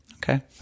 Okay